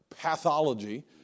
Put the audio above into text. pathology